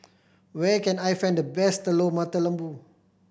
where can I find the best Telur Mata Lembu